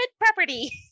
property